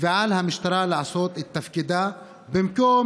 ועל המשטרה לעשות את תפקידה במקום